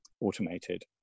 automated